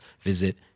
visit